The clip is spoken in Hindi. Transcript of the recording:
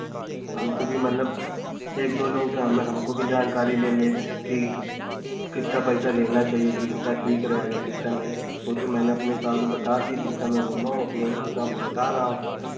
हमको भी मतलब एक दो लोगों को हमें हमको भी जानकारी ले लें कि कितना पैसा लेना चाहिए कि कितना ठीक रहेगा कितना नहीं वह तो मैंने आपको अपने हिसाब से बता दिया जितना मैं घूमा हूँ अपने हिसाब से आपको बता रहा हूँ